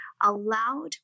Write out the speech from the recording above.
allowed